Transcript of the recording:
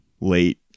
late